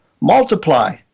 multiply